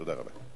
תודה רבה.